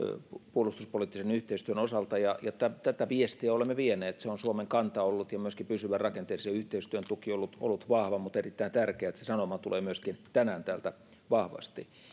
puolustuspoliittisen yhteistyön osalta ja tätä viestiä olemme vieneet se on suomen kanta ollut ja myöskin pysyvän rakenteellisen yhteistyön tuki on ollut vahva mutta on erittäin tärkeää että se sanoma tulee myöskin tänään täältä vahvasti